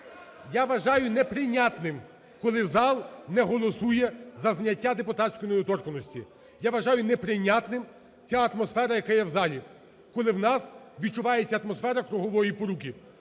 Я вважаю неприйнятним, коли зал не голосує за зняття депутатської недоторканності. Я вважаю неприйнятним, ця атмосфера, яка є в залі, коли в нас відчувається атмосфера кругової поруки.